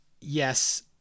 yes